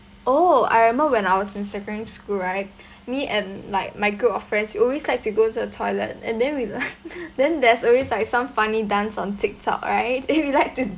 oh I remember when I was in secondary school right me and like my group of friends we always like to go to the toilet and then we'll then there's always like some funny dance on TikTok right and we like to